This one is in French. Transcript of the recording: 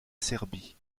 serbie